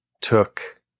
took